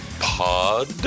pod